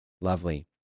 Lovely